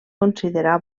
considerar